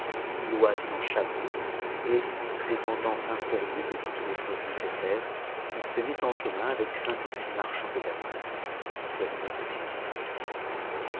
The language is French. loua cent chameaux et s'étant enfin pourvu de toutes les choses néccs saires il se mit en chemin avec cinq ou six marchands dé damas qui allaient négocier